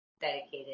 dedicated